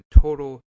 total